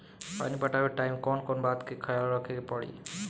पानी पटावे टाइम कौन कौन बात के ख्याल रखे के पड़ी?